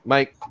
Mike